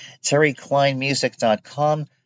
TerryKleinMusic.com